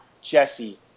Jesse